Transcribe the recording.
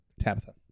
Tabitha